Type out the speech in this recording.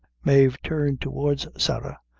mave turned towards sarah,